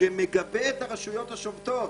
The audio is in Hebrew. שמגבה את הרשויות השובתות.